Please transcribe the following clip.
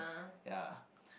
ya